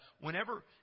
whenever